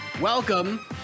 Welcome